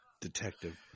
Detective